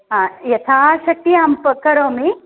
हा यथाशक्ति अहं करोमि